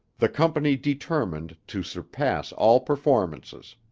the company determined to surpass all performances.